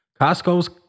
Costco's